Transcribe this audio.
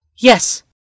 Yes